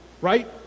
Right